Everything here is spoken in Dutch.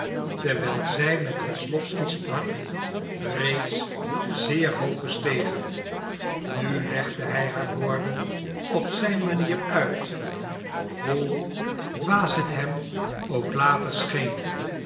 terwijl zij met wesslowsky sprak reeds zeer hoog gestegen nu legde hij haar woorden op zijn manier uit hoe dwaas het hem ook later scheen